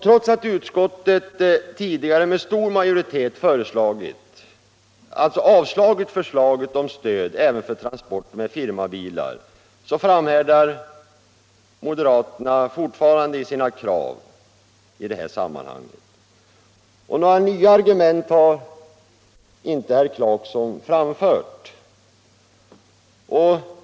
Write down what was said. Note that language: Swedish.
Trots att utskottet tidigare med stor majoritet avvisat förslaget om stöd även för transport med firmabilar framhärdar moderaterna i sina krav på detta. Några nya argument har herr Clarkson inte framfört.